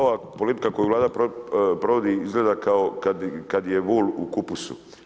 Ova politika koju Vlada provodi, izgleda kao kada je vul u kupusu.